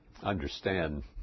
understand